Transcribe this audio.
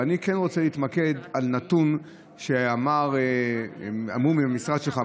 אבל אני כן רוצה להתמקד בנתון שאמרו במשרד שלך,